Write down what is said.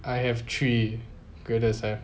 I have three graded assignments